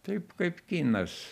taip kaip kinas